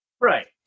Right